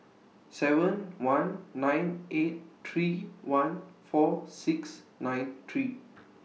seven one nine eight three one four six nine three